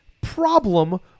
problem